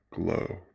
glow